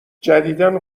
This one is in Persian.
جدیدا